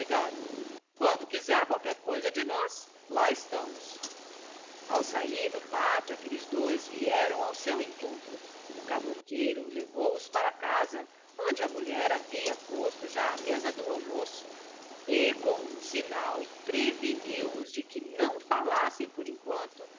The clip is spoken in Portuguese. obrigado quando quiser qualquer coisa de nós lá estamos ao sair no pátio aqueles dois vieram ao seu encontro o cavouqueiro levou-os para casa onde a mulher havia posto já a mesa do almoço e com um sinal preveniu os de que não falassem por enquanto